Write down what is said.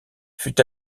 fut